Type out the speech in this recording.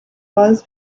was